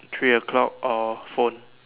three o-clock or phone